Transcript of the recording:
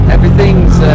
Everything's